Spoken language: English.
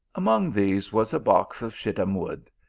among these, was a box of shittim wood,